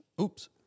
Oops